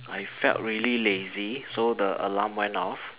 I felt really lazy so the alarm went off